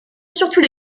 surtout